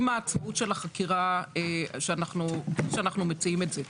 עם העצמאות של החקירה שאנחנו מציעים את זה,